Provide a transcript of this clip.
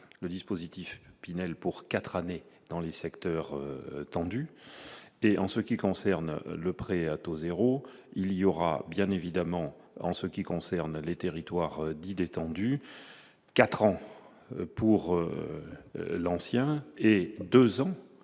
le dispositif Pinel pour 4 années dans les secteurs tendus et en ce qui concerne le prêt à taux 0, il y aura bien évidemment en ce qui concerne les territoires dits détendus, 4 ans pour l'ancien, et 2 ans